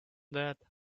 that